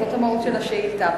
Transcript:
זו השאילתא.